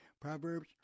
Proverbs